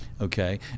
Okay